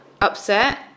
upset